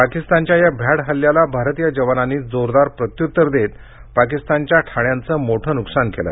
पाकिस्तानच्या या भ्याड हल्ल्याला भारतीय जवानांनी जोरदार प्रत्युत्तर देत पाकिस्तानच्या ठाण्यांचं मोठं नुकसान केलं